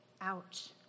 Ouch